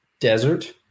desert